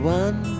one